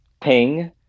Ping